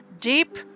deep